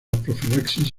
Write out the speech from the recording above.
profilaxis